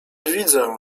widzę